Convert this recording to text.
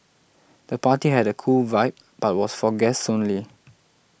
the party had a cool vibe but was for guests only